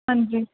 ਹਾਂਜੀ